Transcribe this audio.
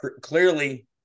clearly